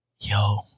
yo